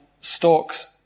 stalks